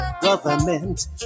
Government